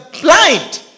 blind